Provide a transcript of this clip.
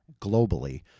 globally